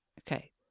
Okay